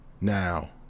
Now